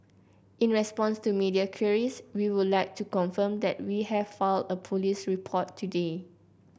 in response to media queries we would like to confirm that we have filed a police report today